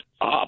up